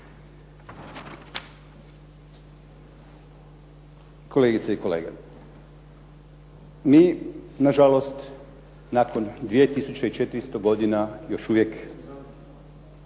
Kolegice i kolege mi nažalost nakon 2 tisuće i 400 godina još uvijek